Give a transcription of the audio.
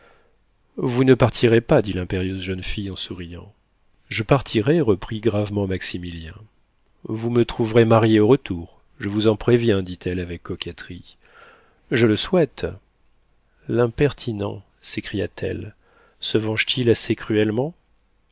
vous ne partirez pas dit l'impérieuse jeune fille en souriant je partirai reprit gravement maximilien vous me trouverez mariée au retour je vous en préviens dit-elle avec coquetterie je le souhaite l'impertinent s'écria-t-elle se venge t il assez cruellement